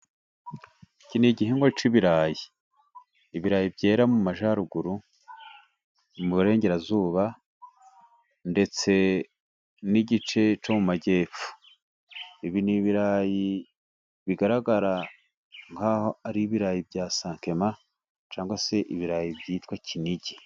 Iki ni igihingwa cy'ibirayi, ibirayi byera mu majyaruguru, iburengerazuba, ndetse n'igice cyo mu majyepfo. Ibi ni ibirayi bigaragara nkaho ari ibirayi bya Sankima cyangwa se ibirayi byitwa Kinigi.